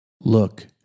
Look